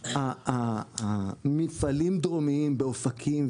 מפעלים דרומיים באופקים,